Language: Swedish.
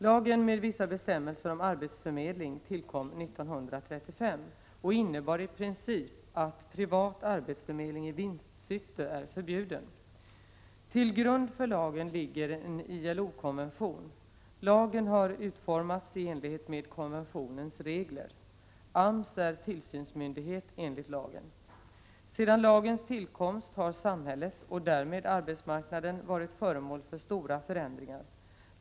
Lagen med vissa bestämmelser om arbetsförmedling, arbetsförmedlingslagen, tillkom 1935 och innebär i princip att privat arbetsförmedling i vinstsyfte är förbjuden. Till grund för lagen ligger en ILO-konvention. Lagen har utformats i enlighet med konventionens regler. AMS är tillsynsmyndighet enligt lagen. Sedan lagens tillkomst har samhället och därmed arbetsmarknaden varit föremål för stora förändringar.